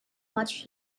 much